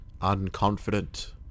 unconfident